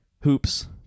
Hoops